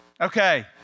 Okay